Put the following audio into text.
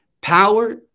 power